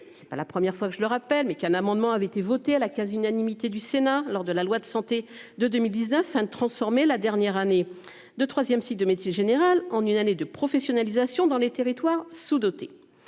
c'est pas la première fois que je le rappelle, mais qu'un amendement avait été voté à la quasi-unanimité du Sénat lors de la loi de santé de 2019 hein. Transformer la dernière année de 3ème cycle de médecine générale en une année de professionnalisation dans les territoires sous-dotés.